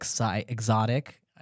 exotic